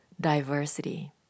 diversity